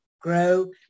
grow